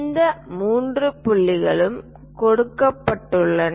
இந்த மூன்று புள்ளிகளும் கொடுக்கப்பட்டுள்ளன